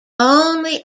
only